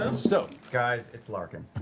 and so guys, it's larkin.